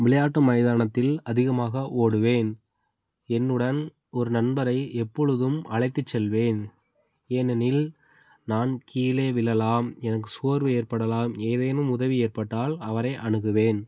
விளையாட்டு மைதானத்தில் அதிகமாக ஓடுவேன் என்னுடன் ஒரு நண்பரை எப்பொழுதும் அலைத்துச் செல்வேன் ஏனெனில் நான் கீழே விழலாம் எனக்கு சோர்வு ஏற்படலாம் ஏதேனும் உதவி ஏற்பட்டால் அவரை அணுகுவேன்